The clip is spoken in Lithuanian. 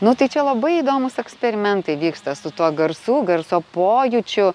nu tai čia labai įdomūs eksperimentai vyksta su tuo garsu garso pojūčiu